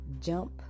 Jump